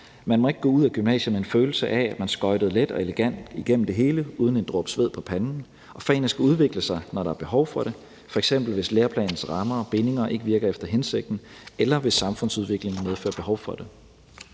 Man må ikke gå ud af gymnasiet med en følelse af, at man skøjtede let og elegant igennem det hele uden en dråbe sved på panden. Og fagene skal udvikle sig, når der er behov for det, f.eks. hvis læreplanens rammer og bindinger ikke virker efter hensigten, eller hvis samfundsudviklingen medfører behov for det.